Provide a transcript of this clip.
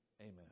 Amen